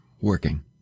working